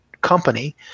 company